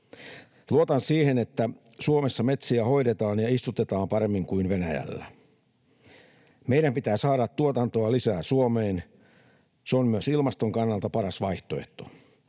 Luotan siihen, että Suomessa metsiä hoidetaan ja istutetaan paremmin kuin Venäjällä. Meidän pitää saada tuotantoa lisää Suomeen. Se on myös ilmaston kannalta paras vaihtoehto.